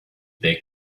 they